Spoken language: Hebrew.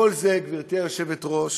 כל זה, גברתי היושבת-ראש,